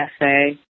essay